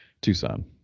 Tucson